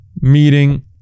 Meeting